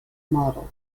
model